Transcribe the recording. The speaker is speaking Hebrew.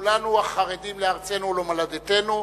כולנו חרדים לארצנו ולמולדתנו,